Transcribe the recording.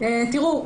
תראו,